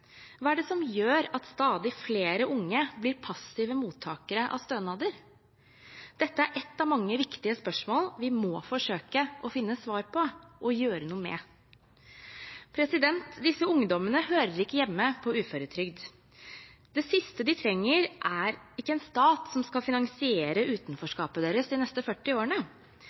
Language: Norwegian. Hva er det som gjør at stadig flere unge blir passive mottakere av stønader? Dette er ett av mange viktige spørsmål vi må forsøke å finne svar på og gjøre noe med. Disse ungdommene hører ikke hjemme på uføretrygd. Det siste de trenger, er en stat som skal finansiere utenforskapet deres de neste 40 årene.